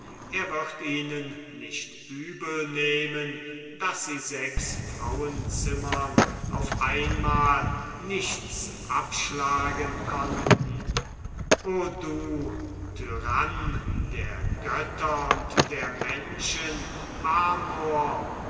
er wird ihnen nicht übel nehmen daß sie sechs frauenzimmern auf einmal nichts abschlagen konnten o du tyrann der götter und der menschen amor